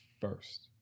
first